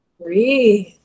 breathe